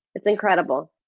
it's incredible.